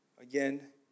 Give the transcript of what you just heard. again